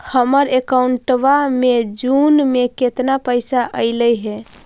हमर अकाउँटवा मे जून में केतना पैसा अईले हे?